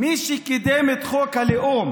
מי שקידם את חוק הלאום,